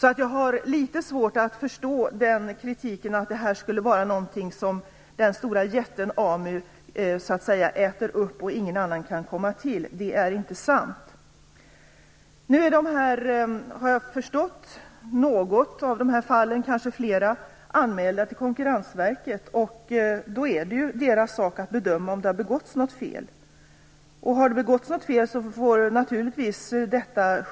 Jag har alltså litet svårt att förstå kritiken om att detta skulle vara något som jätten AMU äter upp och att ingen annan kan komma till. Det är inte sant. Jag har förstått att något eller kanske flera av dessa fall är anmälda till Konkurrensverket, och då är det deras sak att bedöma om något fel har begåtts. Om det har gjort det, får detta naturligtvis